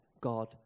God